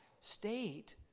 state